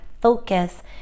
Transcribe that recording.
focus